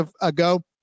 ago